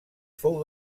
fou